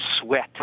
sweat